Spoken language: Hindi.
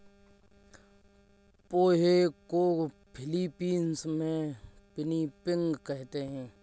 पोहे को फ़िलीपीन्स में पिनीपिग कहते हैं